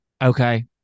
Okay